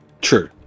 True